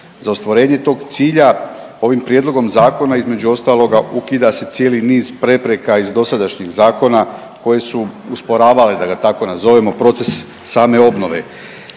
Za ostvarenje tog cilja ovim prijedlogom zakona između ostaloga ukida se cijeli niz prepreka iz dosadašnjih zakona koje usporavale da ga tako nazovemo proces same obnove.